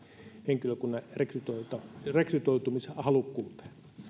henkilökunnan rekrytoitumishalukkuuteen